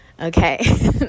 Okay